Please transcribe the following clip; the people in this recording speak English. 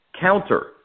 counter